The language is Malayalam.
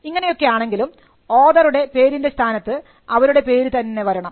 ഇങ്ങനെയാണെങ്കിലും ഓതറുടെ പേരിൻറെ സ്ഥാനത്ത് അവരുടെ പേര് തന്നെ വരണം